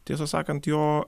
tiesą sakant jo